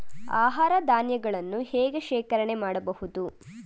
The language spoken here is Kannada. ಆಹಾರ ಧಾನ್ಯಗಳನ್ನು ಹೇಗೆ ಶೇಖರಣೆ ಮಾಡಬಹುದು?